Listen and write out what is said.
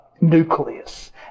nucleus